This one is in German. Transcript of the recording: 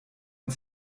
und